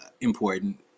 important